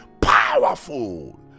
powerful